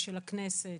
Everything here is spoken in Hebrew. של הכנסת,